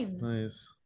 nice